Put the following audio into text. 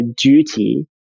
duty